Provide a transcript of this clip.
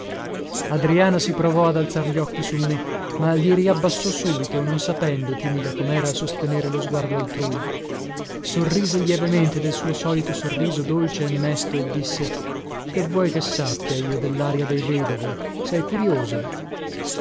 adriana si provò ad alzar gli occhi su me ma li riabbassò subito non sapendo timida comera sostenere lo sguardo altrui sorrise lievemente del suo solito sorriso dolce e mesto e disse che vuoi che sappia io dellaria dei vedovi sei curiosa